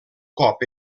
cop